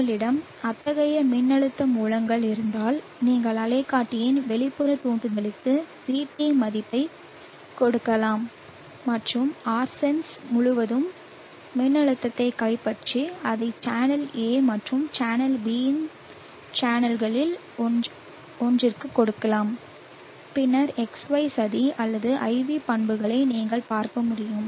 உங்களிடம் அத்தகைய மின்னழுத்த மூலங்கள் இருந்தால் நீங்கள் அலைக்காட்டியின் வெளிப்புற தூண்டுதலுக்கு VT மதிப்பைக் கொடுக்கலாம் மற்றும் Rsense முழுவதும் மின்னழுத்தத்தைக் கைப்பற்றி அதை சேனல் A அல்லது சேனல் B இன் சேனல்களில் ஒன்றிற்கு கொடுக்கலாம் பின்னர் XY சதி அல்லது IV பண்புகளை நீங்கள் பார்க்க முடியும்